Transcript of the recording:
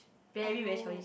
very very childish